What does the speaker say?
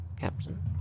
Captain